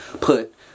put